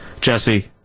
Jesse